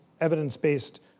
evidence-based